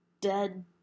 dead